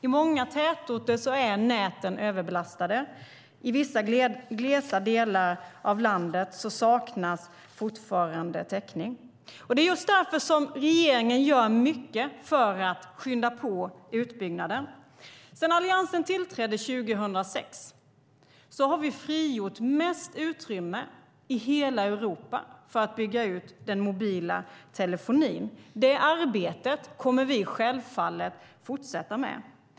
I många tätorter är näten överbelastade. I vissa glesa delar av landet saknas fortfarande täckning. Det är just därför som regeringen gör mycket för att skynda på utbyggnaden. Sedan Alliansen tillträdde 2006 har vi frigjort mest utrymme i hela Europa för att bygga ut den mobila telefonin. Det arbetet kommer vi självfallet att fortsätta med.